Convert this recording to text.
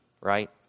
right